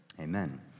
amen